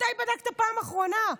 מתי בדקת בפעם האחרונה?